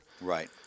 Right